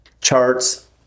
charts